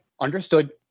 Understood